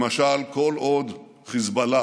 למשל, כל עוד חיזבאללה